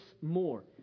more